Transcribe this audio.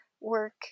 work